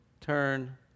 turn